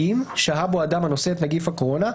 אם שהה בו אדם הנושא את נגיף הקורונה,